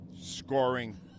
scoring